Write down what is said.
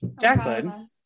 jacqueline